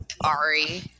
Ari